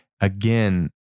Again